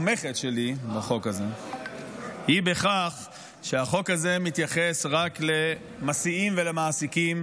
התומכת שלי לחוק הזה היא בכך שהחוק הזה מתייחס רק למסיעים ולמעסיקים,